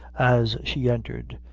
as she entered,